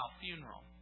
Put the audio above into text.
funeral